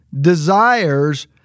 desires